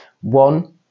One